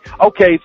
okay